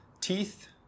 teeth